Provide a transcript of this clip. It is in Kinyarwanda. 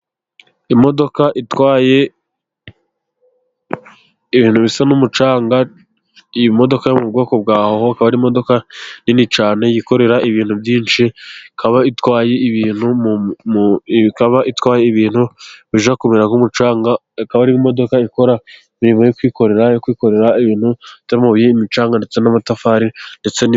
Imodoka yikoreye ibintu bisa n'umucanga, iyi modoka yo mu bwoko bwa Hoho, hari imodoka nini cyane yikorera ibintu byinshi, ikaba itwaye ibintu, ikaba itwaye ibintu bijya kumera nkumucanga, ikaba ari imodoka ikora imirimo yo kwikorera ibintu bitamubuye, imicanga, ndetse n'amatafari ndetse.